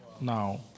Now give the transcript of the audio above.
Now